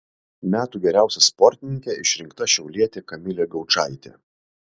metų geriausia sportininke išrinkta šiaulietė kamilė gaučaitė